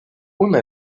una